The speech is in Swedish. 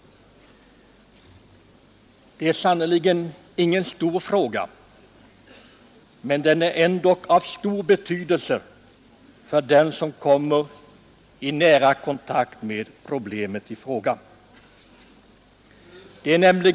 Det är sannerligen ingen stor fråga, men den är ändå av stor betydelse för dem som kommer i nära kontakt med problemet i fråga.